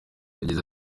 yagize